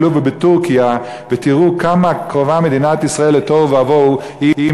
בלוב ובטורקיה ותראו כמה קרובה מדינת ישראל לתוהו ובוהו אם